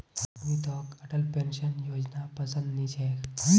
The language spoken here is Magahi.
अमितक अटल पेंशन योजनापसंद नी छेक